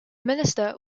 minister